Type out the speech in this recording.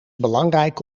belangrijk